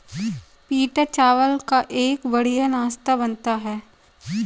पीटा चावल का एक बढ़िया नाश्ता बनता है